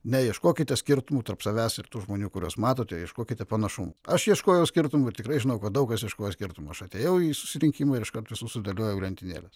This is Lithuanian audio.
neieškokite skirtumų tarp savęs ir tų žmonių kuriuos matote ieškokite panašumų aš ieškojau skirtumų ir tikrai žinau kad daug kas ieškojo skirtumų aš atėjau į susirinkimą ir iškart visus sudėliojau į lentynėles